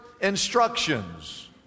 instructions